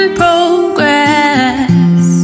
progress